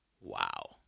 Wow